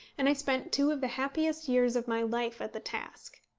and i spent two of the happiest years of my life at the task.